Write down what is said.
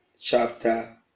chapter